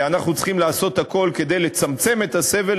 ואנחנו צריכים לעשות הכול כדי לצמצם את הסבל